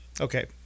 Okay